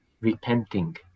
repenting